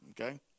Okay